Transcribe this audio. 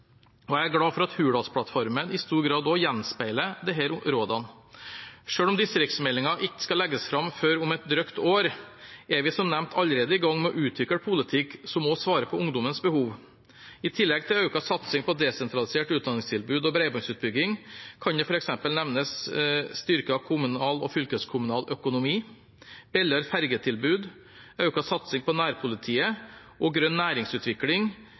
og jeg er glad for at Hurdalsplattformen i stor grad også gjenspeiler disse rådene. Selv om distriktsmeldingen ikke skal legges fram før om et drøyt år, er vi som nevnt allerede i gang med å utvikle politikk som også svarer på ungdommens behov. I tillegg til økt satsing på desentraliserte utdanningstilbud og bredbåndsutbygging kan det f.eks. nevnes styrket kommunal- og fylkeskommunal økonomi, billigere fergetilbud, økt satsing på nærpolitiet og grønn næringsutvikling